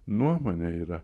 nuomonė yra